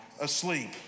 asleep